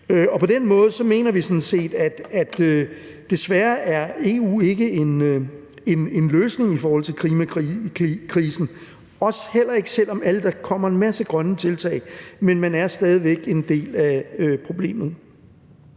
På den måde mener vi sådan set, at EU desværre ikke er en løsning i forhold til klimakrisen, heller ikke selv om der kommer en masse grønne tiltag; man er stadig væk en del af problemet.